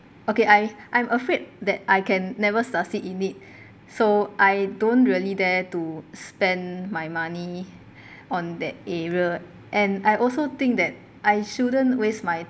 okay I I'm afraid that I can never succeed in it so I don't really dare to spend my money on that area and I also think that I shouldn't waste my